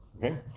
Okay